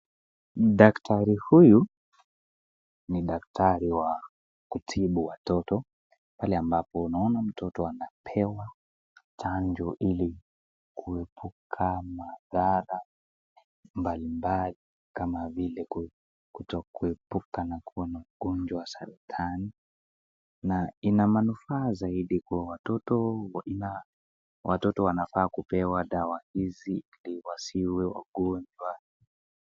Daktari huyu ni daktari wa watoto kuna mtoto anapewa chanjo ili kuepuka madhara mbali mbali kama vile kutokuwepo na kuwa na ugonjwa wa saratani na inamanufaa zaidi kwa wawoto, watoto wanafaa kupewa dawa hizi ili wasiwe wagonjwa.